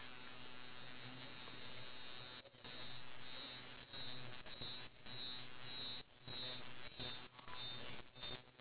as long as I got um gida only cause lily today decided to go out then mama and hussein